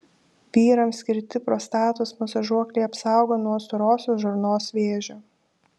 vyrams skirti prostatos masažuokliai apsaugo nuo storosios žarnos vėžio